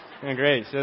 great